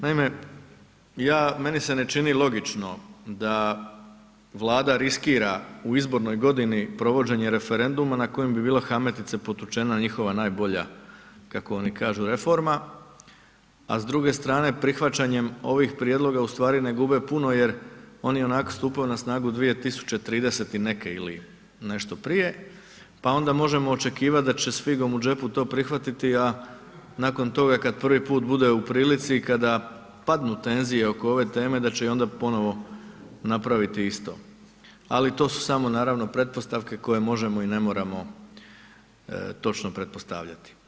Naime, ja, meni se ne čini logično da Vlada riskira u izbornoj godini provođenje referenduma na kojem bi bila hametica potučena, njihova najbolja kako oni kažu reforma, a s druge strane prihvaćanjem ovih prijedloga u stvari ne gube puno jer oni i onako stupaju na stupaju na snagu 2030. i neke ili nešto prije, pa onda možemo očekivati da će s figom u džepu to prihvatiti, a nakon toga kad prvi put bude u prilici i kada padnu tenzije oko ove teme da će i onda ponovo napraviti isto, ali to su samo naravno pretpostavke koje možemo i ne moramo točno pretpostavljati.